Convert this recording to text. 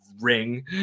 ring